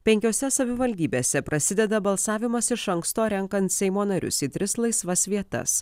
penkiose savivaldybėse prasideda balsavimas iš anksto renkant seimo narius į tris laisvas vietas